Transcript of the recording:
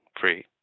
free